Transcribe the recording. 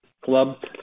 club